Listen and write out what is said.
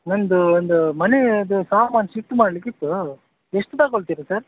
ನನ್ನದು ಒಂದು ಮನೇದು ಸಾಮಾನು ಶಿಫ್ಟ್ ಮಾಡಲಿಕ್ಕಿತ್ತು ಎಷ್ಟು ತಗೊಳ್ತೀರಿ ಸರ್